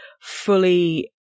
fully